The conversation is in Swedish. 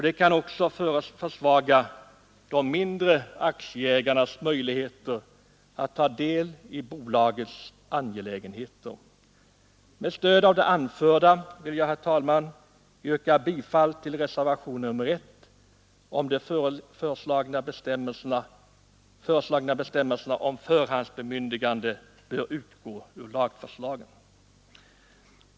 Det kan också försvaga de mindre aktieägarnas möjligheter att ta del i bolagens angelägenheter. Med stöd av det anförda vill jag, herr talman, yrka bifall till reservationen 1, vari yrkas att de föreslagna bestämmelserna om förhandsbemyndigande bör utgå ur lagförslagen.